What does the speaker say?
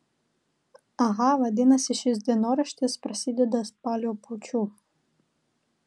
aha vadinasi šis dienoraštis prasideda spalio puču